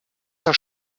zur